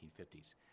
1950s